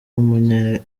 w’umunya